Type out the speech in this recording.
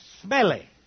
smelly